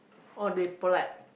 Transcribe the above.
oh they polite